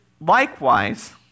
likewise